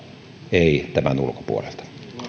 ei tämän ulkopuolelta